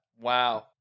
Wow